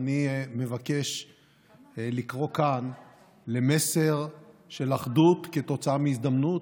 ואני מבקש לקרוא כאן למסר של אחדות כתוצאה מהזדמנות,